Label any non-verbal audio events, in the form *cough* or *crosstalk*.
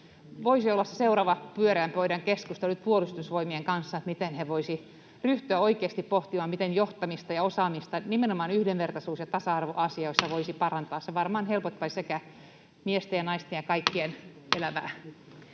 se seuraava pyöreän pöydän keskustelu nyt Puolustusvoimien kanssa, miten he voisivat ryhtyä oikeasti pohtimaan, miten johtamista ja osaamista nimenomaan yhdenvertaisuus- ja tasa-arvoasioissa *noise* voisi parantaa. Se varmaan helpottaisi sekä miesten että naisten ja [Puhemies